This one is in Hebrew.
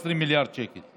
נתניהו, 20 מיליארד שקלים.